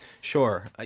Sure